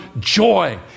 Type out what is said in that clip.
joy